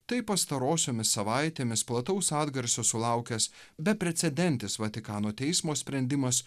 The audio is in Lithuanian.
tai pastarosiomis savaitėmis plataus atgarsio sulaukęs beprecedentis vatikano teismo sprendimas